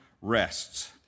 rests